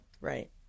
Right